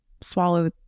swallow